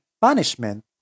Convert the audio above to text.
punishment